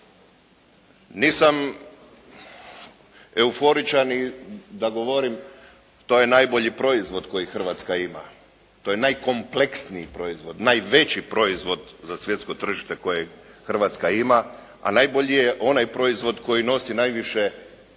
Nisam euforičan i da govorim to je najbolji proizvod koji Hrvatska ima, to je najkompleksniji proizvod, najveći proizvod za svjetsko tržište koje Hrvatska ima, a najbolji je onaj proizvod koji nosi najviše zarade